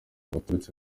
biturutse